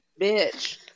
bitch